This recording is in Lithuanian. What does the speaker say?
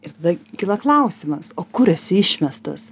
ir tada kyla klausimas o kur esi išmestas